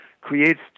creates